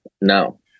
no